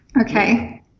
Okay